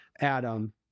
Adam